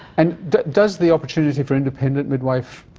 and does does the opportunity for independent midwife